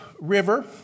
river